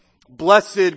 Blessed